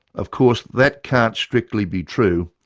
of course that can't strictly be true,